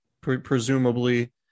presumably